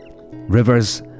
rivers